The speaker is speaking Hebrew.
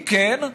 אם כן,